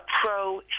pro